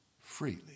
Freely